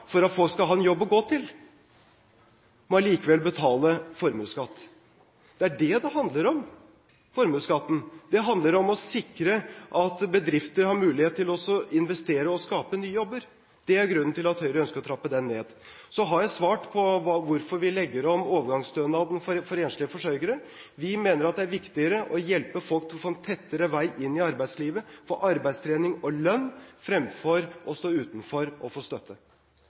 for at folk skal ha en jobb å gå til, må likevel betale formuesskatt. Det er det formuesskatten handler om. Det handler om å sikre at bedrifter skal ha mulighet til å investere og skape nye jobber. Det er grunnen til at Høyre ønsker å trappe den ned. Så har jeg svart på hvorfor vi legger om overgangsstønaden for enslige forsørgere. Vi mener det er viktigere å hjelpe folk til å få en tettere vei inn i arbeidslivet, få arbeidstrening og lønn, fremfor å stå utenfor og få støtte.